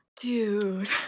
Dude